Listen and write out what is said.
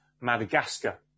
Madagascar